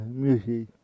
music